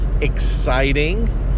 exciting